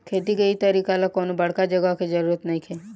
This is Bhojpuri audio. खेती के इ तरीका ला कवनो बड़का जगह के जरुरत नइखे